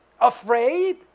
afraid